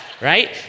Right